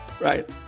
Right